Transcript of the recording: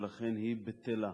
ולכן היא בטלה.